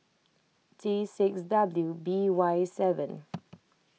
T six W B Y seven